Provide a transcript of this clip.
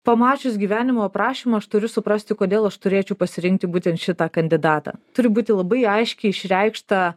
pamačius gyvenimo aprašymą aš turiu suprasti kodėl aš turėčiau pasirinkti būtent šitą kandidatą turi būti labai aiškiai išreikšta